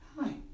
Hi